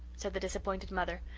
said the disappointed mother.